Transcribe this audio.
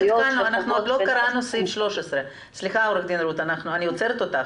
עוד לא קראנו את תקנה 13. סליחה, אני עוצרת אותך.